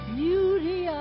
beauty